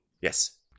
Yes